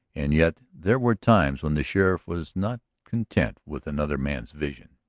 and yet there were times when the sheriff was not content with another man's vision.